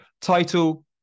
title